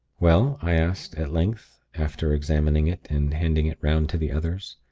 well? i asked, at length, after examining it and handing it round to the others.